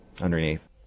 underneath